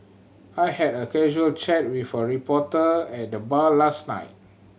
I had a casual chat with a reporter at the bar last night